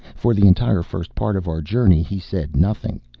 for the entire first part of our journey he said nothing.